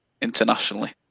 internationally